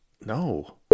No